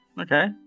okay